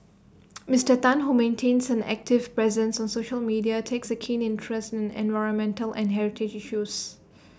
Mister Tan who maintains an active presence on social media takes A keen interest in environmental and heritage issues